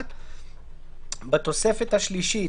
בגלל אפשר לשמוע,